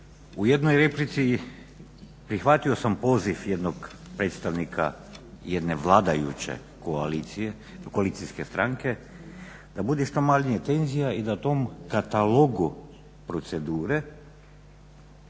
U jednoj replici prihvatio sam poziv jednog predstavnika jedne vladajuće koalicijske stranke, da bude što manje tenzija i da tom katalogu procedure